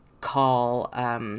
call –